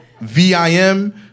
VIM